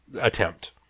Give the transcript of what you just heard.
attempt